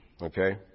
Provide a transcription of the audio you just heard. Okay